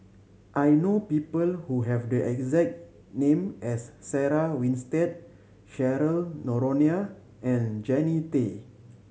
I know people who have the exact name as Sarah Winstedt Cheryl Noronha and Jannie Tay